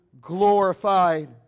glorified